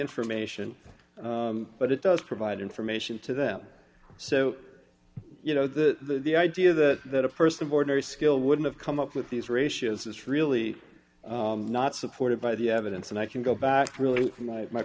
information but it does provide information to them so you know the the idea that that a person of ordinary skill would have come up with these ratios is really not supported by the evidence and i can go back really my my